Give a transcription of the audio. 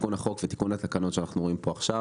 תיקון החוק ותיקון התקנות שאנחנו רואים כאן עכשיו